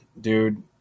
dude